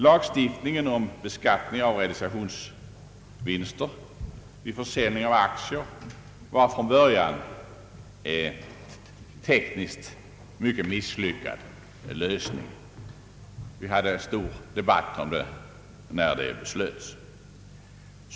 Lagstiftningen om beskattning av realisationsvinster vid försäljning av aktier var från början tekniskt mycket misslyckad. Vi hade en stor debatt om detta när beslut fattades.